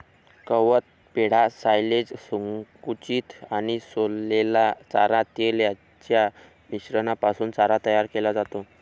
गवत, पेंढा, सायलेज, संकुचित आणि सोललेला चारा, तेल यांच्या मिश्रणापासून चारा तयार केला जातो